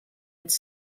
its